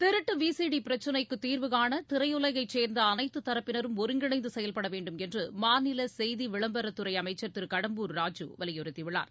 திருட்டுவிசிடிபிரச்சினைக்குதீர்வுகாணதிரையுலகைச் சேர்ந்தஅனைத்துத்தரப்பினரும் ஒருங்கிணைந்துசெயல்படவேண்டும் என்றுமாநிலசெய்திவிளம்பரத் துறைஅமைச்சள் திருகடம்பூர் ராஜூ வலியுறுத்தியுள்ளார்